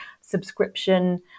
subscription